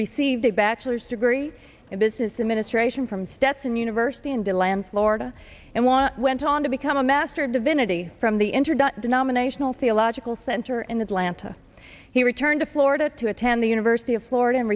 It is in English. received a bachelor's degree in business administration from stetson university in deland florida and was went on to become a master of divinity from the internet denominational theological center in atlanta he returned to florida to attend the university of florida and